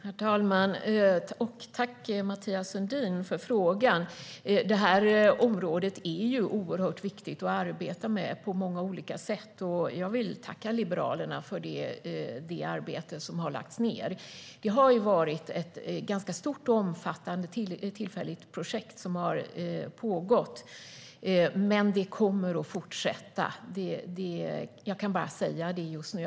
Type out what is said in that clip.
Herr talman! Tack, Mathias Sundin, för frågan! Området är oerhört viktigt att arbeta med på många olika sätt. Jag vill tacka Liberalerna för det arbete som har lagts ned. Ett stort och omfattande tillfälligt projekt har pågått, men det kommer att fortsätta. Jag kan bara säga det just nu.